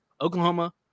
Oklahoma